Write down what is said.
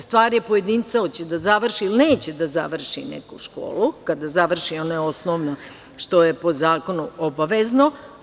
Stvar je pojedinca hoće li da završi ili neće da završi neku školu, kada završi ono osnovno što je po zakonu obavezno.